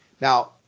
Now